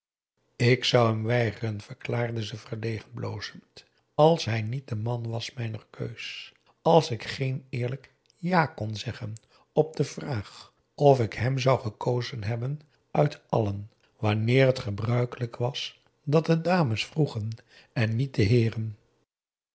ik zou hem weigeren verklaarde ze verlegen blozend als hij niet de man was mijner keus als ik geen eerlijk ja kon zeggen op de vraag of ik hem zou gekozen hebben uit allen wanneer t gebruikelijk was dat de dames vroegen en niet de heeren